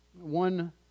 One